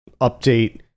update